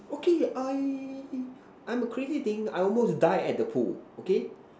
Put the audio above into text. okay I I'm a crazy thing I almost died at the pool okay